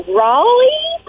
raleigh